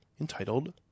entitled